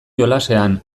jolasean